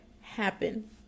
happen